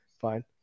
fine